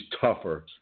tougher